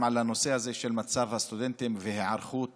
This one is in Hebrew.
הנושא הזה של מצב הסטודנטים וההיערכות